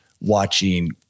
watching